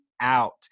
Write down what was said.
out